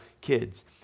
kids